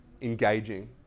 engaging